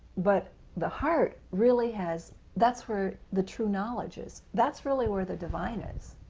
but the heart really has. that's where the true knowledge is! that's really where the divine is,